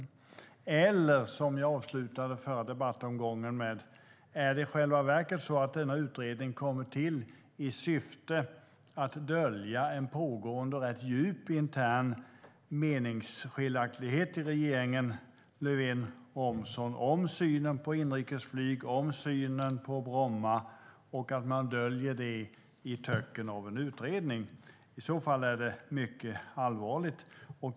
Är det i själva verket så, som jag avslutade förra debattomgången med att fråga, att denna utredning kommer till i syfte att dölja en pågående och rätt djup intern meningsskiljaktighet i regeringen mellan Löfven och Romson om synen på inrikesflyg och om synen på Bromma och att man döljer det i töcknet av en utredning? Det är i så fall mycket allvarligt.